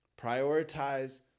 prioritize